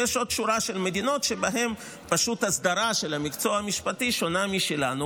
ויש עוד שורה של מדינות שבהן פשוט האסדרה של המקצוע המשפטי שונה משלנו,